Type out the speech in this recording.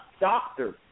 doctor